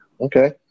Okay